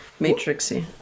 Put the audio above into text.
Matrixy